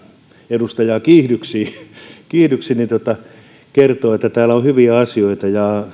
edustajaa kiihdyksiin kiihdyksiin kertoa että täällä on hyviä asioita